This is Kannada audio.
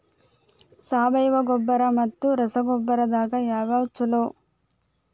ಸಾವಯವ ಗೊಬ್ಬರ ಮತ್ತ ರಸಗೊಬ್ಬರದಾಗ ಯಾವದು ಛಲೋ?